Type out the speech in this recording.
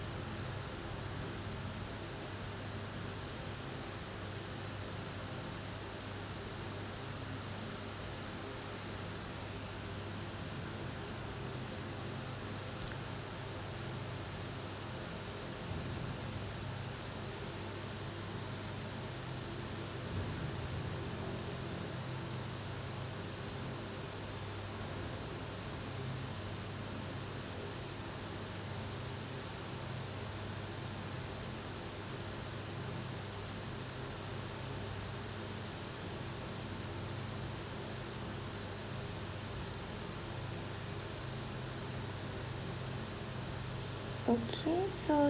okay so